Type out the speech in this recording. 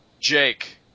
Jake